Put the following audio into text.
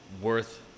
worth